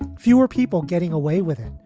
fewer people getting away with it,